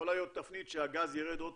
יכולה להיות תפנית שהגז יירד עוד